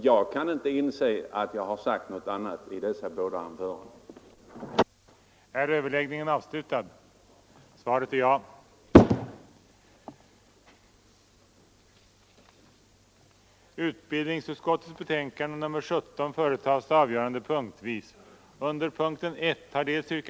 Jag kan inte inse att det föreligger någon skillnad mellan mitt första anförande och det andra.